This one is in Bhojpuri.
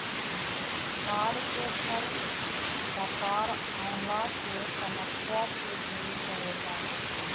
ताड़ के फल डकार अवला के समस्या के दूर करेला